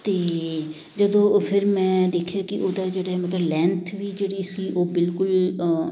ਅਤੇ ਜਦੋਂ ਉਹ ਫਿਰ ਮੈਂ ਦੇਖਿਆ ਕਿ ਉਹਦਾ ਜਿਹੜਾ ਮਤਲਬ ਲੈਂਥ ਵੀ ਜਿਹੜੀ ਸੀ ਉਹ ਬਿਲਕੁਲ